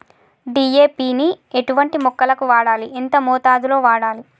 DAP ని ఎటువంటి మొక్కలకు వాడాలి? ఎంత మోతాదులో వాడాలి?